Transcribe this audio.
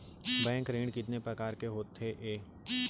Bank ऋण कितने परकार के होथे ए?